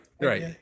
right